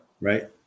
Right